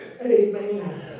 amen